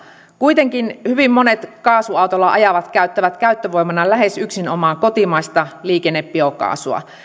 kuitenkin hyvin monet kaasuautolla ajavat käyttävät käyttövoimana lähes yksinomaan kotimaista liikennebiokaasua